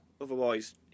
Otherwise